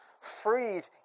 freed